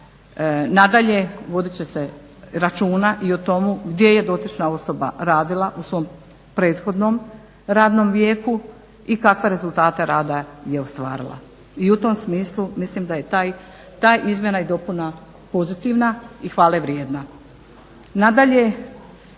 Nadalje, vodit će se računa i o tomu gdje je dotična osoba radila u svom prethodnom radnom vijeku i kakve rezultate rada je ostvarila i u tom smislu mislim da je ta izmjena i dopuna pozitivna i hvalevrijedna.